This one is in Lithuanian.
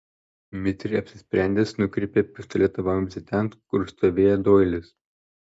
mitriai apsisprendęs nukreipė pistoleto vamzdį ten kur stovėjo doilis